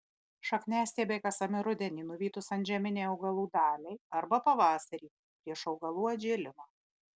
šakniastiebiai kasami rudenį nuvytus antžeminei augalų daliai arba pavasarį prieš augalų atžėlimą